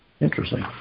interesting